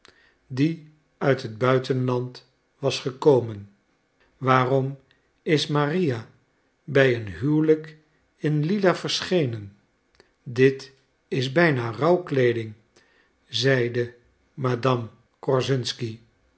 die uit het buitenland was gekomen waarom is maria bij een huwelijk in lila verschenen dit is bijna rouwkleeding zeide madame korsunsky